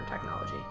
technology